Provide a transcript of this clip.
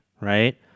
right